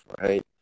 right